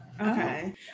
okay